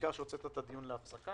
בעיקר שהוצאת את הדיון להפסקה,